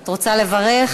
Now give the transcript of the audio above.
את רוצה לברך?